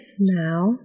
now